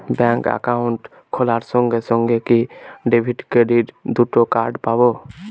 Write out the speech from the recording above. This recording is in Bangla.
ব্যাংক অ্যাকাউন্ট খোলার সঙ্গে সঙ্গে কি ডেবিট ক্রেডিট দুটো কার্ড পাবো?